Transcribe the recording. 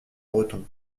breton